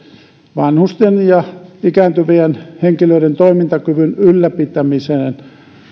vanhusten ja ikääntyvien henkilöiden toimintakyvyn ylläpitämiseen